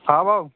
हा भाउ